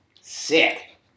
sick